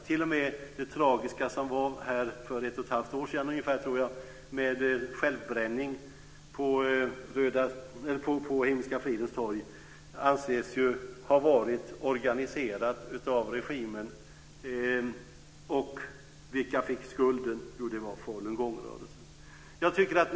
T.o.m. det tragiska som inträffade för ungefär ett och ett halvt år sedan, tror jag, med självbränning på Himmelska fridens torg anses ju ha varit organiserat av regimen. Och vilka fick skulden? Jo, det var falungongrörelsen.